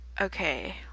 okay